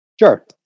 Sure